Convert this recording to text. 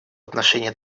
отношении